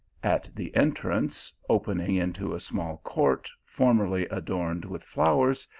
at the entrance, opening into a small court formerly adorned with flowers,